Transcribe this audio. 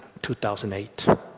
2008